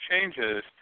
changes